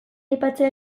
aipatzea